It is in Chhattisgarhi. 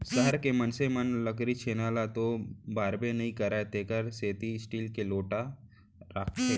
सहर के मनसे मन लकरी छेना ल तो बारबे नइ करयँ तेकर सेती स्टील के लोटा राखथें